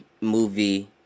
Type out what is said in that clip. movie